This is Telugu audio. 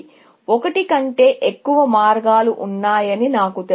కాబట్టి ఒకటి కంటే ఎక్కువ మార్గాలు ఉన్నాయని నాకు తెలుసు